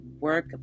work